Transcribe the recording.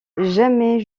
jamais